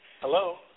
Hello